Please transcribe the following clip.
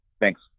Thanks